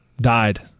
died